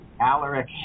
Alaric